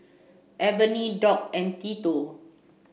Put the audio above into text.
Ebony Doc and Tito